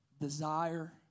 desire